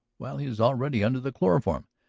while he is already under the chloroform.